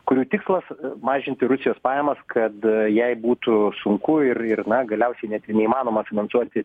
kurių tikslas mažinti rusijos pajamas kad jai būtų sunku ir ir na galiausiai net neįmanoma finansuoti